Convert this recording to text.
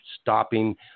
stopping